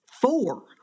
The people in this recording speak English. Four